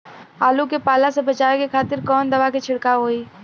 आलू के पाला से बचावे के खातिर कवन दवा के छिड़काव होई?